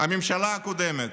הממשלה הקודמת,